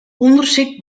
ûndersyk